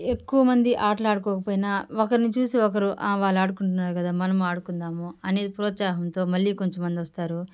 ఎక్కువమంది ఆటలాడుకోకపోయినా ఒకరిని చూసి ఒకరు హా వాళ్ళు ఆడుకుంటున్నారు కదా మనము ఆడుకుందాము అనే ప్రోత్సాహంతో మళ్ళీ కొంతమంది వస్తారు